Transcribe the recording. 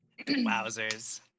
Wowzers